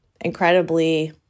incredibly